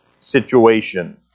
situation